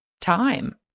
time